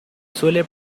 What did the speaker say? suele